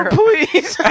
please